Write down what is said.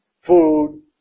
food